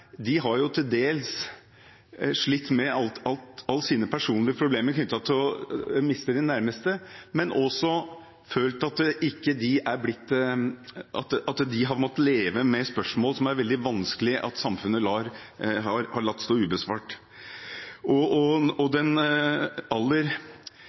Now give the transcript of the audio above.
De som er rammet av dette, har dels slitt med alle de personlige problemene knyttet til å miste sine nærmeste, og dels følt at de har måttet leve med spørsmål som det er veldig vanskelig å forstå at samfunnet har latt stå ubesvart.